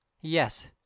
Yes